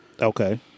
Okay